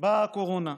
באה הקורונה,